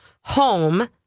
home